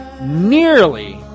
Nearly